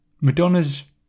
Madonna's